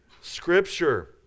Scripture